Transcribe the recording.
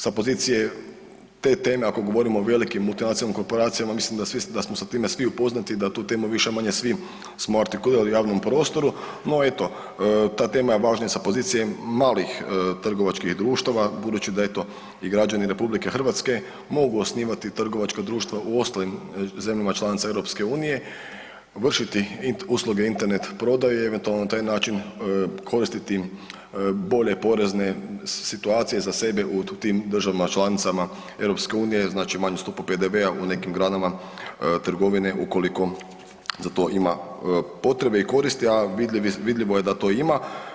Sa pozicije te tema, ako govorimo o velikim multinacionalnim korporacijama mislim da smo sa time svi upoznati, da tu temu više-manje svi smo artikulirali u javnom prostoru, no eto ta tema je važnija sa pozicije malih trgovačkih društava budući da eto i građani RH mogu osnivati trgovačka društva u ostalim zemljama članicama EU, vršiti usluge internet prodaje i eventualno na taj način koristiti bolje porezne situacije za sebe u tim državama članicama EU, znači manju stopu PDV-a u nekim granama trgovine ukoliko za to ima potrebe i koristi, a vidljivo je da to ima.